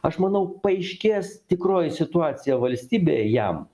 aš manau paaiškės tikroji situacija valstybėje jam